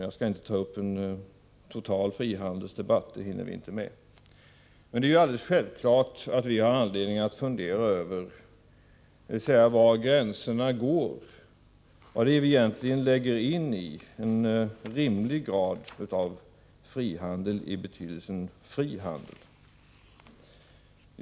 Jag skall inte ta upp en total frihandelsdebatt — det hinner vi inte med — men det är alldeles självklart att vi har anledning att fundera över var gränserna går och vad vi egentligen lägger in i begreppet ”en rimlig grad” av frihandel, i betydelsen fri handel.